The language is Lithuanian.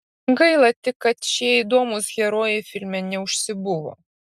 gaila tik kad šie įdomūs herojai filme neužsibuvo